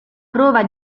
prova